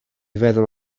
feddwl